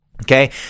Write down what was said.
okay